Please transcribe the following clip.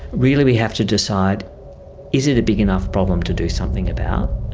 really we have to decide is it a big enough problem to do something about.